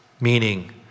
Meaning